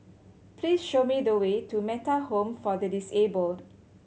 please show me the way to Metta Home for the Disabled